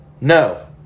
No